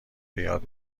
بیاد